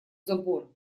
забора